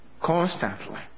Constantly